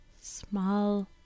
Small